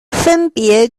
分别